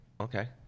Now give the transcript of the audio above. okay